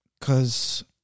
cause